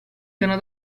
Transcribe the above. giorno